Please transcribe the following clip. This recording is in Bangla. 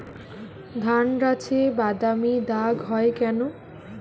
ধানগাছে বাদামী দাগ হয় কেন?